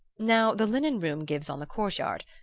now the linen-room gives on the court-yard,